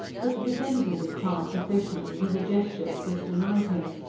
but the presenting of his palm professionally was a gesture that was denied him.